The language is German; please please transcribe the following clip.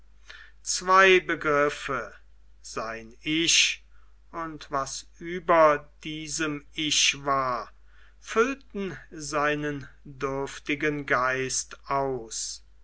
zwei begriffe sein ich und was über diesem ich war füllten seinen dürftigen geist aus